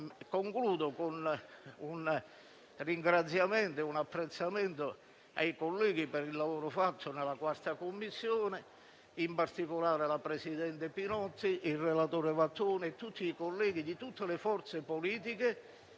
Concludo rivolgendo un ringraziamento e un apprezzamento ai colleghi per il lavoro fatto in Commissione difesa, in particolare alla presidente Pinotti, al relatore Vattuone e a tutti i colleghi di tutte le forze politiche